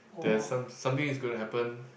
there's some something is gonna happen